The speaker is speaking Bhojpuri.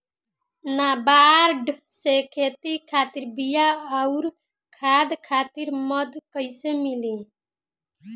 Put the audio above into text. नाबार्ड से खेती खातिर बीया आउर खाद खातिर मदद कइसे मिली?